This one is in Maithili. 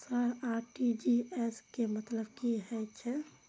सर आर.टी.जी.एस के मतलब की हे छे?